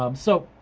um so